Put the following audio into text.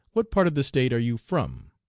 what part of the state are you from?